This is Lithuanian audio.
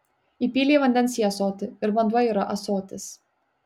įpylei vandens į ąsotį ir vanduo yra ąsotis